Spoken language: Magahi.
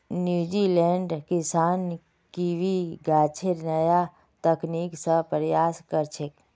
न्यूजीलैंडेर किसान कीवी गाछेर नया तकनीक स प्रसार कर छेक